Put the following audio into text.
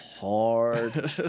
hard